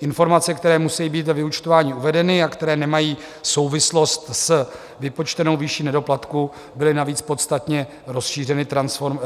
Informace, které musejí být ve vyúčtování uvedeny a které nemají souvislost s vypočtenou výši nedoplatku, byly navíc podstatně rozšířeny